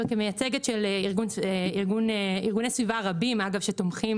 כמייצגת של ארגוני סביבה רבים שתומכים